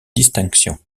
distinction